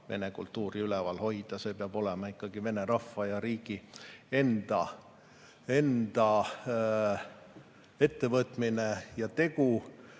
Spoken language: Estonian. vene kultuuri üleval hoida, see peab olema ikkagi Vene rahva ja riigi enda ettevõtmine. Meie